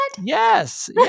Yes